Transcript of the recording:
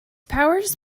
powers